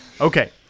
Okay